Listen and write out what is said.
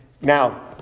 now